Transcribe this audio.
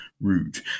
Route